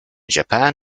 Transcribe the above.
japan